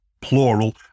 plural